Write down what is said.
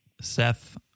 Seth